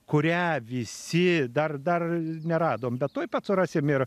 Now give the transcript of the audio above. kurią visi dar dar neradom bet tuoj pat surasim ir